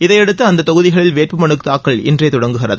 இதை அடுத்து அந்த தொகுதிகளில் வேட்புமனு தாக்கல் இன்றே தொடங்குகிறது